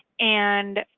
and